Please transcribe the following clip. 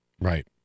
Right